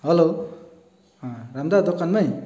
hello Ram दा दोकानमै